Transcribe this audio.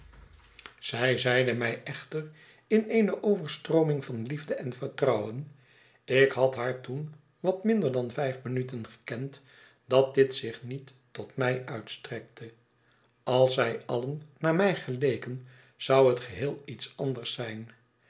zij zeide mij echter in eene overstrooming van liefde en vertrouwen ik had haar toen wat minder dan vijf minuten gekend dat dit zich niet tot mij uitstrekte als zij alien naar mij geleken zou het geheel iets anders zijn